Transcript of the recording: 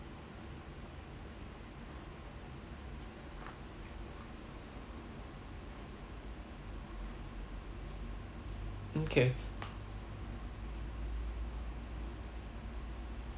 okay